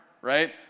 right